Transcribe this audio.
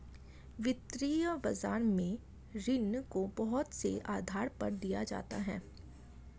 वित्तीय बाजार में ऋण को बहुत से आधार पर दिया जाता है